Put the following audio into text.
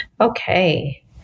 okay